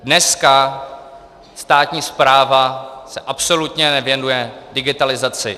Dneska státní správa se absolutně nevěnuje digitalizaci.